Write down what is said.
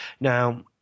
Now